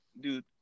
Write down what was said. dude